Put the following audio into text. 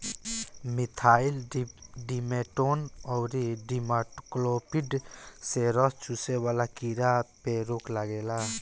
methyl demeton अउरी imidacloprid से रस चुसे वाला कीड़ा पे रोक लागेला